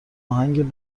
آهنگ